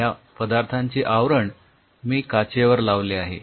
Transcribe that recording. ह्या पदार्थाचे आवरण मी काचेवर लावले आहे